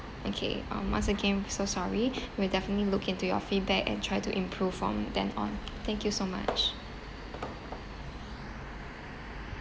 okay um once again we so sorry we'll definitely look into your feedback and try to improve from then on thank you so much